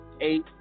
eight